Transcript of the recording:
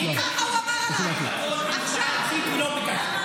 אני צריך לקבל חמש דקות על הודעה אישית ולא ביקשתי.